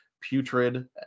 putrid